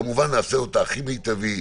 כמובן נעשה אותה הכי מיטבית,